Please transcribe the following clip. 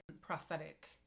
prosthetic